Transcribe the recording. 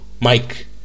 mike